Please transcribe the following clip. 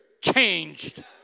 changed